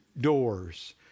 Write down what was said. doors